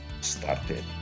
started